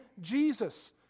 Jesus